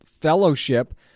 Fellowship